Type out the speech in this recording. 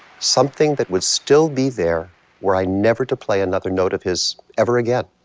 something that would still be there were i never to play another note of his ever again.